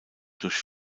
durch